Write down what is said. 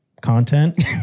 content